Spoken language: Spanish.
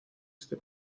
este